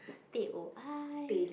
teh-o ice